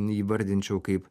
įvardinčiau kaip